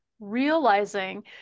realizing